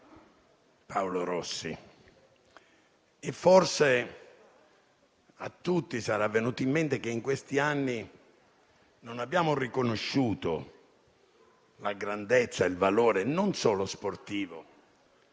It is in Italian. Paolo Rossi e, forse, a tutti sarà venuto in mente che in questi anni non abbiamo riconosciuto la grandezza e il valore, non solo sportivo, che